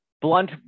blunt